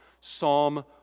Psalm